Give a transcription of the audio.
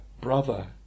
brother